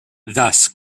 thus